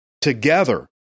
together